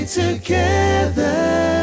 together